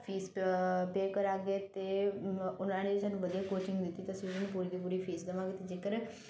fees pay ਕਰਾਂਗੇ ਅਤੇ ਉਹਨਾਂ ਨੇ ਸਾਨੂੰ ਵਧੀਆ ਕੋਚਿੰਗ ਦਿੱਤੀ ਤਾਂ ਅਸੀਂ ਉਹਨਾਂ ਨੂੰ ਪੂਰੀ ਦੀ ਪੂਰੀ ਫੀਸ ਦੇਵਾਂਗੇ ਅਤੇ ਜੇਕਰ